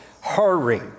hurry